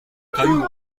cailloux